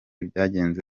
byagenze